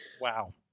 Wow